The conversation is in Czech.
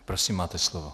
Prosím, máte slovo.